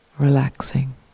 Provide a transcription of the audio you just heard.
Relaxing